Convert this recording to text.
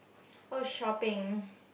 oh shopping